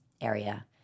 area